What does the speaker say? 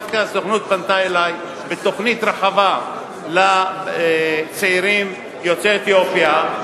דווקא הסוכנות פנתה אלי בתוכנית רחבה לצעירים יוצאי אתיופיה.